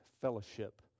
fellowship